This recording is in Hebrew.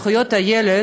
וזה עניין זכויות הילד,